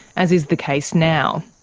as is the case now.